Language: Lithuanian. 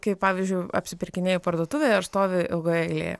kai pavyzdžiui apsipirkinėji parduotuvėj ar stovi ilgoje eilėje